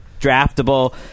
draftable